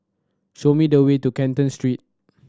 show me the way to Canton Street